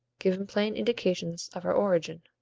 giving plain indications of our origin.